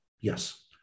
Yes